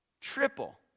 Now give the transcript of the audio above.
triple